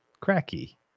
cracky